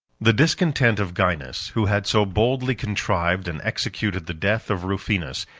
the discontent of gainas, who had so boldly contrived and executed the death of rufinus,